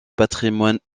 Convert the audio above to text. patrimoine